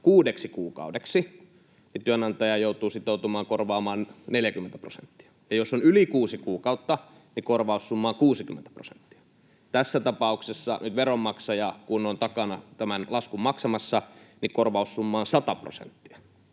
kuudeksi kuukaudeksi, työnantaja joutuu sitoutumaan korvaamaan 40 prosenttia, ja jos on yli kuusi kuukautta, korvaussumma on 60 prosenttia. Tässä tapauksessa, kun veronmaksaja on takana tämän laskun maksamassa, korvaussumma on sata prosenttia.